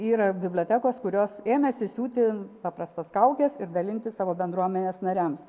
yra bibliotekos kurios ėmėsi siūti paprastas kaukes ir dalinti savo bendruomenės nariams